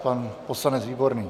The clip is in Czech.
Pan poslanec Výborný.